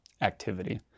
activity